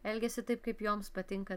elgiasi taip kaip joms patinka